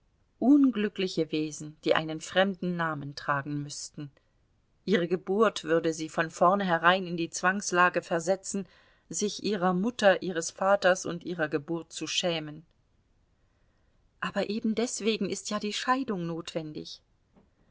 unglückliche wesen die einen fremden namen tragen müßten ihre geburt würde sie von vornherein in die zwangslage versetzen sich ihrer mutter ihres vaters und ihrer geburt zu schämen aber ebendeswegen ist ja die scheidung notwendig